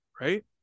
right